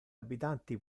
abitanti